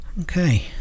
Okay